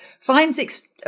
finds